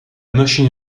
machine